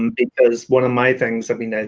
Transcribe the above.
um because one of my things i mean,